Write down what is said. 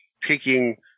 taking